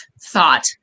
thought